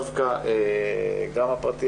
גם הפרטי.